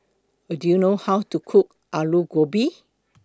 Do YOU know How to Cook Alu Gobi